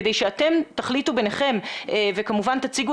כדאי שאתם תחליטו ביניכם וכמובן תציגו